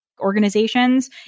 organizations